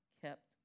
kept